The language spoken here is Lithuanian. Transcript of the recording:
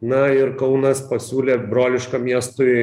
na ir kaunas pasiūlė brolišką miestui